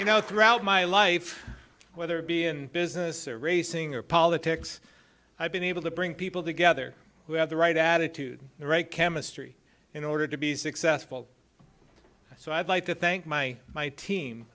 you know throughout my life whether it be in business or racing or politics i've been able to bring people together who have the right attitude the right chemistry in order to be successful so i'd like to thank my my team